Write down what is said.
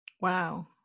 Wow